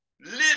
live